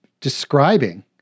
describing